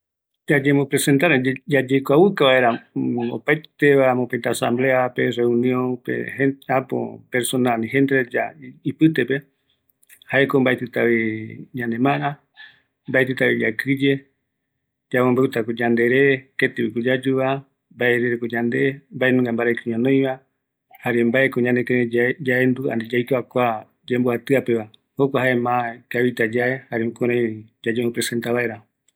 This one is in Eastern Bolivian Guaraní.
Yayekuauka vaera jetava reta pe, mbaetɨta yakɨye, yaeta jupirupi, yambombeu yandere, kiako yandeva, jare mbaeko yayu yaekava